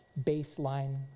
baseline